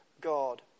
God